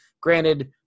Granted